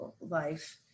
life